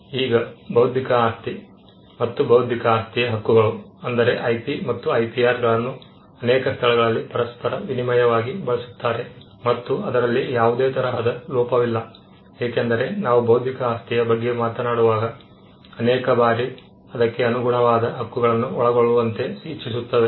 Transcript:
ಈಗ ಬೌದ್ಧಿಕ ಆಸ್ತಿ ಮತ್ತು ಬೌದ್ಧಿಕ ಆಸ್ತಿ ಹಕ್ಕುಗಳು ಅಂದರೆ IP ಮತ್ತು IPR ಗಳನ್ನು ಅನೇಕ ಸ್ಥಳಗಳಲ್ಲಿ ಪರಸ್ಪರ ವಿನಿಮಯವಾಗಿ ಬಳಸುತ್ತಾರೆ ಮತ್ತು ಅದರಲ್ಲಿ ಯಾವುದೇ ತರಹದ ಲೋಪವಿಲ್ಲ ಏಕೆಂದರೆ ನಾವು ಬೌದ್ಧಿಕ ಆಸ್ತಿಯ ಬಗ್ಗೆ ಮಾತನಾಡುವಾಗ ಅನೇಕ ಬಾರಿ ಅದಕ್ಕೆ ಅನುಗುಣವಾದ ಹಕ್ಕುಗಳನ್ನು ಒಳಗೊಳ್ಳುವಂತೆ ಇಚ್ಚಿಸುತ್ತೇವೆ